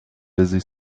busy